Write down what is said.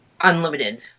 unlimited